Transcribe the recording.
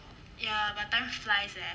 ya but time flies leh